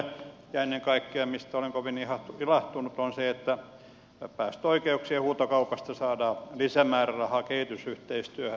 ja ennen kaikkea mistä olen kovin ilahtunut on se että päästöoikeuksien huutokaupasta saadaan lisämäärärahaa kehitysyhteistyöhön